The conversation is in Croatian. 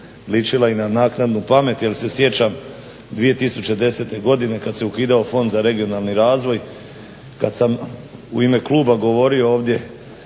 ličila i na naknadnu pamet, jer se sjećam 2010. godine kad se ukidao fond za regionalni razvoj, kad sam u ime kluba govorio ovdje